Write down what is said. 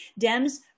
Dems